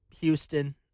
Houston